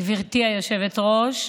גברתי היושבת-ראש,